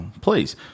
please